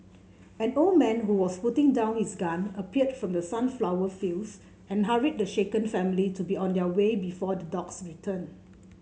an old man who was putting down his gun appeared from the sunflower fields and hurried the shaken family to be on their way before the dogs return